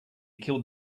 killed